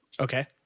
Okay